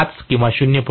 05 किंवा 0